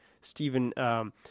Stephen